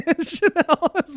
Chanel